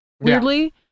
weirdly